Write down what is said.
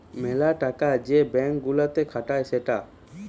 মেলা টাকা যে ব্যাঙ্ক গুলাতে খাটায় সেটা